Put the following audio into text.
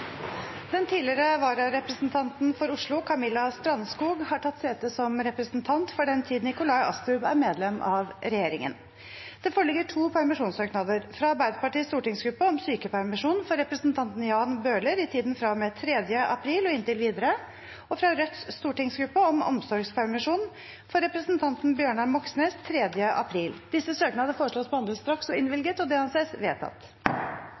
Den tidligere vararepresentanten for Oslo, Camilla Strandskog , har tatt sete som representant for den tid Nikolai Astrup er medlem av regjeringen. Det foreligger to permisjonssøknader: fra Arbeiderpartiets stortingsgruppe om sykepermisjon for representanten Jan Bøhler i tiden fra og med 3. april og inntil videre fra Rødts stortingsgruppe om omsorgspermisjon for representanten Bjørnar Moxnes 3. april Etter forslag fra presidenten ble enstemmig besluttet: Søknadene behandles straks og